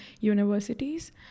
universities